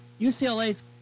UCLA's